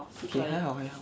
K 还好还好